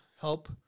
help